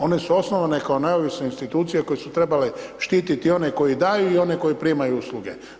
One su osnovane kao neovisne institucije koje su trebale štititi one koji daju i one koje primaju usluge.